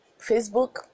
Facebook